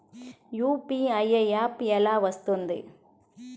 UPI app ఎలా వస్తుంది?